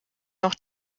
noch